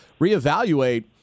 reevaluate